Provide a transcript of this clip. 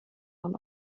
man